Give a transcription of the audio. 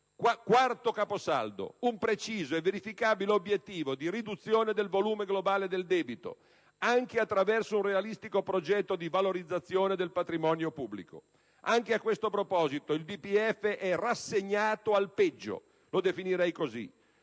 Quarto caposaldo: un preciso e verificabile obiettivo di riduzione del volume globale del debito, anche attraverso un realistico progetto di valorizzazione del patrimonio pubblico. Anche a questo proposito, il DPEF è rassegnato al peggio (lo definirei così):